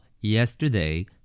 Yesterday